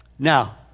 Now